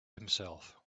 himself